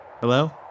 Hello